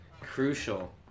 Crucial